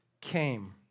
came